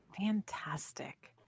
Fantastic